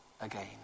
again